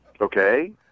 okay